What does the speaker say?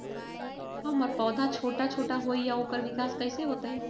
हमर पौधा छोटा छोटा होईया ओकर विकास कईसे होतई?